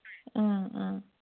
ꯑꯥ ꯑꯥ